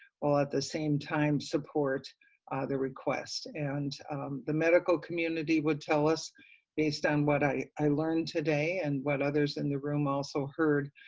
while at the same time support the request, and the medical community would tell us based on what i i learned today, and what others in the room also heard,